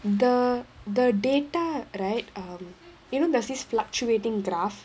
the the data right um you know there's this fluctuating graph